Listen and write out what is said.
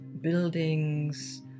buildings